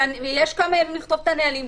ויש כמה ימים לכתוב את הנהלים,